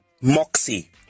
Moxie